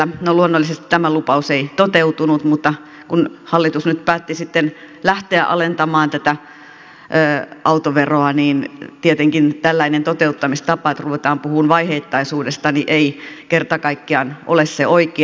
no luonnollisesti tämä lupaus ei toteutunut mutta kun hallitus nyt päätti sitten lähteä alentamaan tätä autoveroa niin tietenkään tällainen toteuttamistapa että ruvetaan puhumaan vaiheittaisuudesta ei kerta kaikkiaan ole se oikea